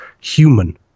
human